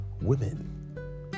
women